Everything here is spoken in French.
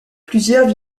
plusieurs